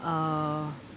uh